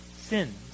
Sins